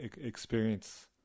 experience